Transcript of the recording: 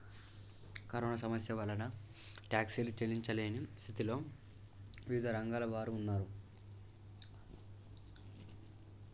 corona సమస్య వలన టాక్సీలు చెల్లించలేని స్థితిలో వివిధ రంగాల వారు ఉన్నారు